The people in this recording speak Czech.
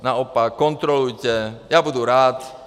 Naopak, kontrolujte, já budu rád.